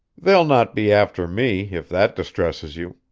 they'll not be after me, if that distresses you,